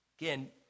Again